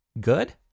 good